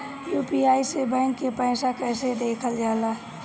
UPI से bank के पैसा कैसे देखल जाला?